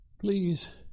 please